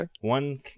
One